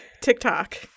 TikTok